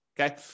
okay